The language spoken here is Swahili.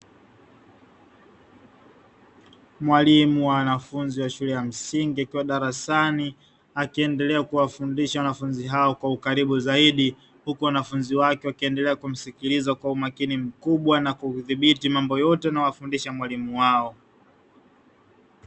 Mwalimu wa wanafunzi wa shule ya msingi akiwa darasani, akiendelea kuwafundisha wanafunzi hao kwa ukaribu zaidi, huku wanafunzi wake wakiendelea kumsikiliza kwa umakini mkubwa na kudhibiti mambo yote anayofundisha mwalimu wao.